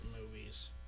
movies